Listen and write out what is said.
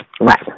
Right